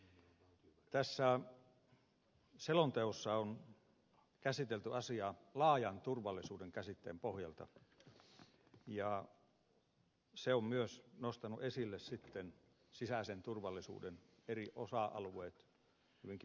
tässä selonteossa on käsitelty asiaa laajan turvallisuuden käsitteen pohjalta ja se on myös nostanut esille sitten sisäisen turvallisuuden eri osa alueet hyvinkin merkittävällä tavalla